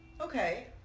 okay